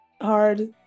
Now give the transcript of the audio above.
hard